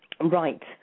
Right